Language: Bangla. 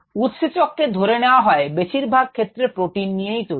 উৎসেচক কে ধরে নেয়া হয় বেশিরভাগ ক্ষেত্রে প্রোটিন নিয়েই তৈরি